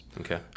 Okay